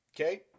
okay